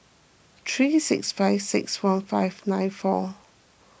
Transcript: three six five six one five nine four